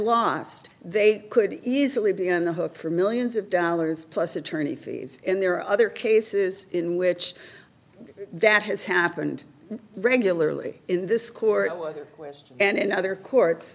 lost they could easily be on the hook for millions of dollars plus attorney fees and there are other cases in which that has happened regularly in this court would question and in other court